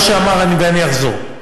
מה שאמר אני אחזור.